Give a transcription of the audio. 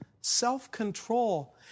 self-control